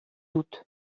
dut